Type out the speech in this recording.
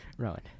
Rowan